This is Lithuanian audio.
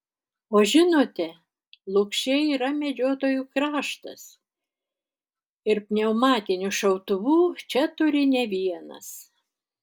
o žinote lukšiai yra medžiotojų kraštas ir pneumatinių šautuvų čia turi ne vienas